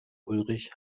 ulrich